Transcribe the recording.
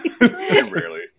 rarely